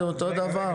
זה אותו דבר.